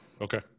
Okay